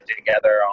together